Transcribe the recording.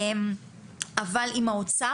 אבל עם האוצר,